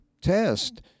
test